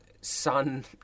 Sun